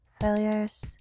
failures